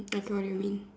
that's what you mean